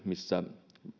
missä